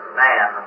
man